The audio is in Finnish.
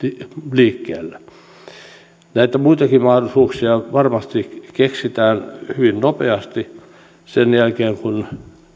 liikkeellä muitakin mahdollisuuksia varmasti keksitään hyvin nopeasti sen jälkeen kun